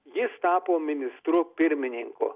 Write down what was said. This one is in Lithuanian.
jis tapo ministru pirmininku